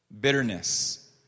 bitterness